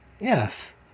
yes